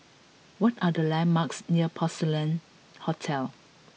what are the landmarks near Porcelain Hotel